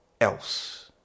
else